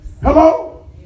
Hello